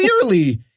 clearly